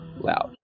loud